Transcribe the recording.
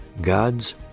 God's